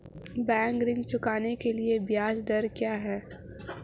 Bank ऋण चुकाने के लिए ब्याज दर क्या है?